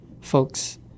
folks